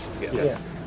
Yes